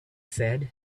said